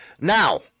Now